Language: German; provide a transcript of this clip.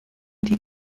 die